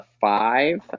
five